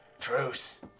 Truce